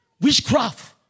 Witchcraft